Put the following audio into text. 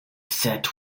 set